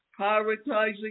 prioritizing